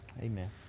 amen